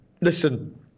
listen